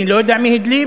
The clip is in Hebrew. ואני לא יודע מי הדליף,